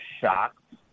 shocked